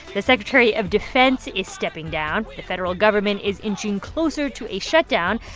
the secretary of defense is stepping down. the federal government is inching closer to a shutdown.